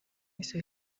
wese